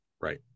Right